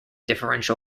differential